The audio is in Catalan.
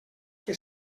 que